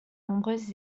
nombreuses